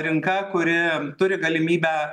rinka kuri turi galimybę